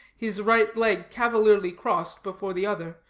his right leg cavalierly crossed before the other,